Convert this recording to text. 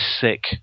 sick